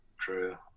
True